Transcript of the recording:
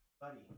buddy